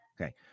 Okay